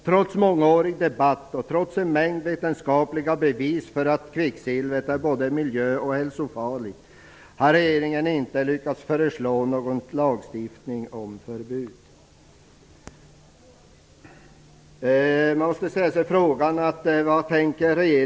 Trots mångårig debatt och trots en mängd vetenskapliga bevis för att kvicksilvret är både miljö och hälsofarligt har regeringen inte lyckats föreslå någon lagstiftning om förbud.